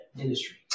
industry